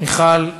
מיכל רוזין.